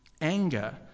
Anger